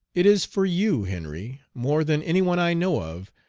it is for you, henry, more than any one i know of,